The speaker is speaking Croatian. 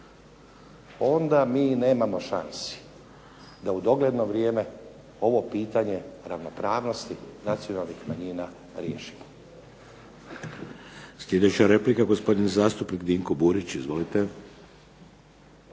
onda mi nemamo šance da u dogledno vrijeme ovo pitanje ravnopravnosti nacionalnih manjina riješimo.